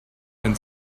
and